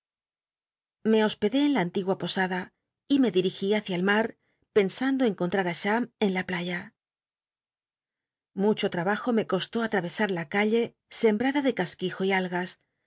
me hospedé en la antigua posada y me dirigí bácia el mar pensando encontmr á cham en la playa mucho trabajo me costó atra esat la calle semia de espubrada de casquijo y algas